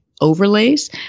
overlays